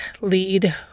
lead